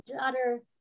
daughter